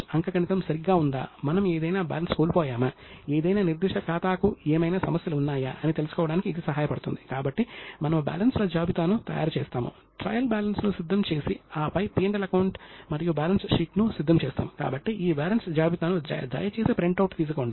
ఆదాయాన్ని మరియు చెల్లింపు వోచర్ల ను ధృవీకరించడానికి ఈ రోజుల్లో ఉపయోగించే పద్ధతులు మరియు లక్షణాలు ఆ కాలంలో కూడా ఉపయోగించబడ్డాయి